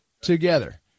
Together